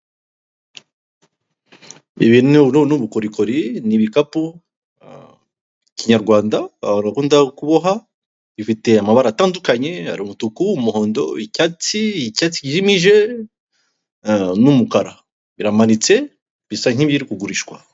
Abagabo babiri bari kuri gishe, uri inyuma wambaye ishati yumukara ameze nk'aho yabonye amafaranga ye, ari kuyabara kugira ngo arebe ko yuzuye. Uwambaye ishati y'umweru we ntabwo arayafata yose; hari ayo amajije gufata, andi aracyari kuri gishe.